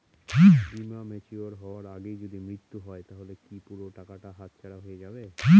বীমা ম্যাচিওর হয়ার আগেই যদি মৃত্যু হয় তাহলে কি পুরো টাকাটা হাতছাড়া হয়ে যাবে?